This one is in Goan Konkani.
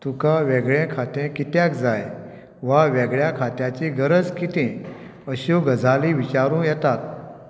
तुका वेगळें खातें कित्याक जाय वा वेगळ्या खात्याची गरज कितें अश्यो गजाली विचारूं येतात